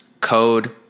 code